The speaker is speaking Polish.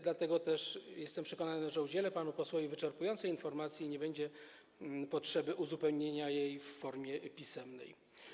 Dlatego też jestem przekonany, że udzielę panu posłowi wyczerpującej informacji i nie będzie potrzeby uzupełnienia jej w formie pisemnej.